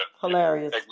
Hilarious